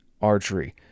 archery